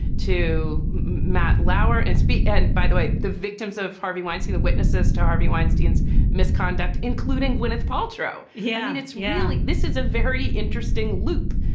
to matt lauer and speech. and, by the way, the victims of harvey weinstein, the witnesses to harvey weinstein's misconduct, including gwyneth paltrow. yeah. and it's really yeah like this is a very interesting loop.